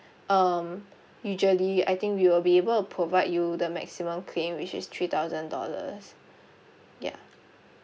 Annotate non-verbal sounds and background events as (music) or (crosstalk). um usually I think we will be able provide you the maximum claim which is three thousand dollars (breath) ya